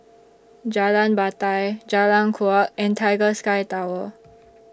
Jalan Batai Jalan Kuak and Tiger Sky Tower